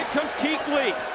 comes keith lee